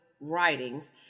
writings